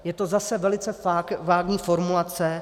Je to zase velice vágní formulace.